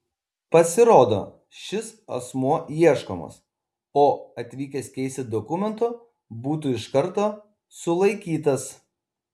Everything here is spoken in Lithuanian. pasirodo šis asmuo ieškomas o atvykęs keisti dokumento būtų iškart sulaikytas